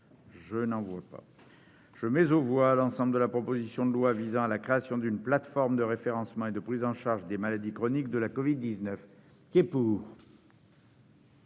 parole ?... Je mets aux voix l'ensemble de la proposition de loi visant à la création d'une plateforme de référencement et de prise en charge des malades chroniques de la covid-19. Mes chers